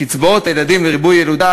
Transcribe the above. קצבאות ילדים לריבוי ילודה,